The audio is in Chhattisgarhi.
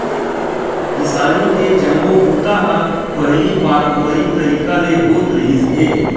किसानी के जम्मो बूता ह पहिली पारंपरिक तरीका ले होत रिहिस हे